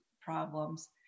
problems